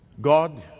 God